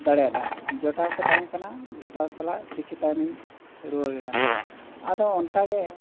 ᱫᱟᱲᱮᱭᱟᱫᱼᱟ ᱡᱚᱴᱟᱣ ᱠᱚ ᱛᱟᱦᱮᱸ ᱠᱟᱱᱟ ᱡᱚᱴᱟᱣ ᱥᱟᱞᱟᱜ ᱠᱤᱪᱷᱩ ᱛᱟᱭᱚᱢᱤᱧ ᱨᱩᱣᱟᱹᱲᱮᱱᱟ ᱟᱫᱚ ᱚᱱᱠᱟ ᱜᱮ